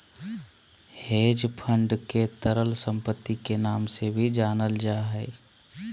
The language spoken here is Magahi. हेज फंड के तरल सम्पत्ति के नाम से भी जानल जा हय